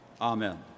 Amen